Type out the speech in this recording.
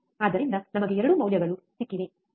ಆದ್ದರಿಂದ ನಮಗೆ 2 ಮೌಲ್ಯಗಳಿವೆ ಸರಿ